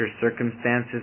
circumstances